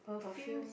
perfume